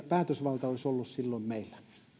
päätösvalta olisi ollut silloin meillä